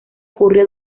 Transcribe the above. ocurrió